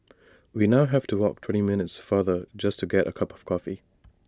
we now have to walk twenty minutes farther just to get A cup of coffee